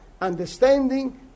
understanding